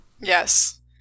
Yes